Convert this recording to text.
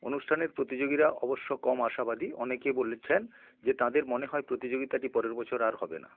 অনুষ্ঠানের প্রতিযোগীরা অবশ্য কম আশাবাদী অনেকে বলছেন যে তাঁদের মনে হয় প্রতিযোগিতাটি পরের বছর আর হবে না